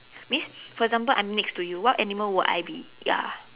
means for example I'm next to you what animal would I be ya